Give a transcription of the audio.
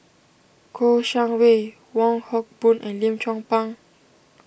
Kouo Shang Wei Wong Hock Boon and Lim Chong Pang